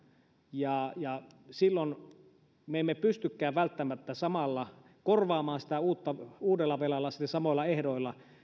ja ja silloin me emme pystykään välttämättä korvaamaan sitä uudella velalla samoilla ehdoilla